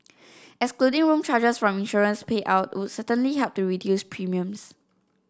excluding room charges from insurance payout would certainly help reduce premiums